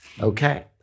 Okay